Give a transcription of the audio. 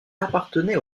appartenait